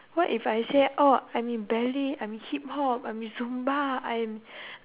what if I say oh I'm in belly I'm in hip-hop I'm in zumba I am